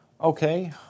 Okay